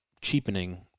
cheapening